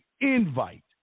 invite